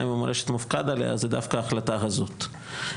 ומורשת מופקד עליה זו דווקא ההחלטה הזאת.